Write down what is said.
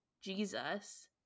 Jesus